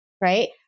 right